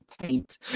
paint